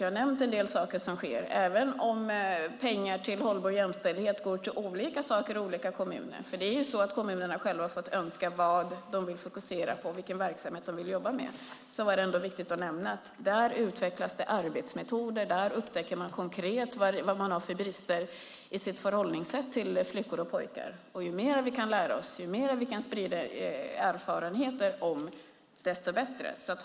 Jag har nämnt en del saker som sker, även om pengar till hållbar jämställdhet går till olika saker i olika kommuner. Kommunerna har själva fått önska vad de vill fokusera på och vilken verksamhet som de vill jobba med. Då är det ändå viktigt att nämna att det där utvecklas arbetsmetoder och att man där konkret upptäcker vad man har för brister i sitt förhållningssätt till flickor och pojkar. Ju mer vi kan lära oss och ju mer vi kan sprida erfarenheter om detta, desto bättre är det.